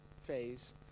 phase